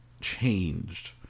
changed